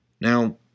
Now